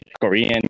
Korean